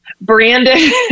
Brandon